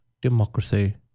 democracy